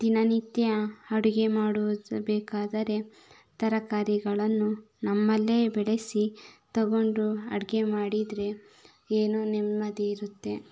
ದಿನನಿತ್ಯ ಅಡುಗೆ ಮಾಡುವುದು ಬೇಕಾದರೆ ತರಕಾರಿಗಳನ್ನು ನಮ್ಮಲ್ಲೇ ಬೆಳೆಸಿ ತೊಗೊಂಡು ಅಡುಗೆ ಮಾಡಿದರೆ ಏನೋ ನೆಮ್ಮದಿ ಇರುತ್ತೆ